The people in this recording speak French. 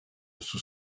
sous